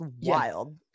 wild